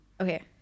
Okay